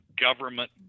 government